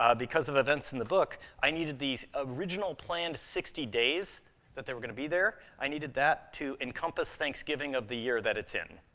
ah because of events in the book, i needed these original planned sixty days that they were gonna be there. i needed that to encompass thanksgiving of the year that it's in.